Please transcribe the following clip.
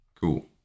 Cool